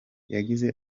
yagize